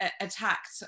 attacked